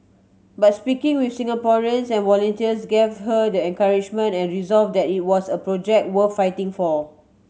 but speaking with Singaporeans and volunteers gave her the encouragement and resolve that it was a project worth fighting for